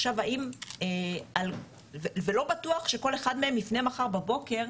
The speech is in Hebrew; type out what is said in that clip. עכשיו ולא בטוח שכל אחד מהם יפנה מחר בבוקר,